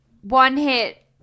one-hit